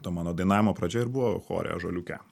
to mano dainavimo pradžia ir buvo chore ąžuoliuke